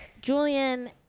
Julian